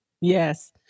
Yes